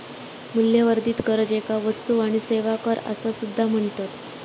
मूल्यवर्धित कर, ज्याका वस्तू आणि सेवा कर असा सुद्धा म्हणतत